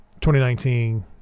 2019